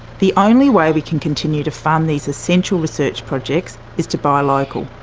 the only way we can continue to fund these essential research projects is to buy local.